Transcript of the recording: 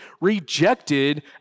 rejected